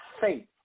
faith